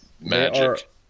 magic